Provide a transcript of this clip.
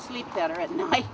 sleep better at night